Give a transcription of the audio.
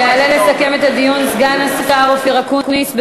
יעלה לסכם את הדיון סגן השר אופיר אקוניס.